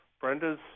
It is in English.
Brenda's